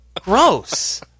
gross